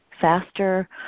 faster